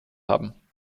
haben